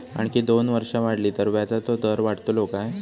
आणखी दोन वर्षा वाढली तर व्याजाचो दर वाढतलो काय?